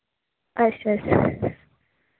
अच्छ अच्छ अच्छ